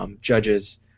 judges